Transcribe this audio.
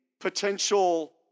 potential